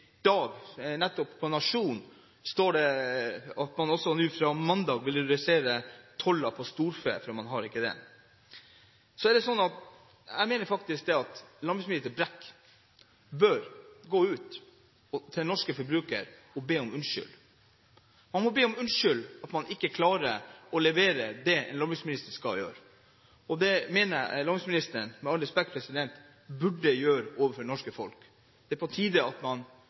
dag, som er gått ut på dato. Vi registrerer også at det i dag i Nationens nettutgave står at man fra mandag vil redusere toll på storfe, for det er mangel på det. Jeg mener faktisk at landbruksminister Brekk bør gå ut til norske forbrukere og be om unnskyldning for at han ikke klarer å levere det en landbruksminister skal gjøre. Det mener jeg, med all respekt, landbruksministeren burde gjøre overfor det norske folk. Det er på tide at man